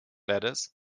ladders